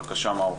בבקשה, מאור.